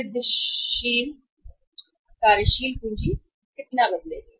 वृद्धिशील जाल कार्यशील पूंजी कितनी बदलेगी